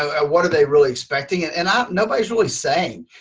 ah what are they really expecting? and and i'm nobody's really saying.